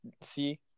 See